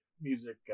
music